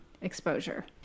exposure